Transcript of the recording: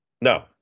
no